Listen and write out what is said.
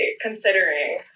considering